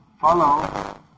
follow